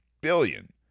billion